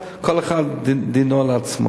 כלומר, כל אחד, דינו לעצמו.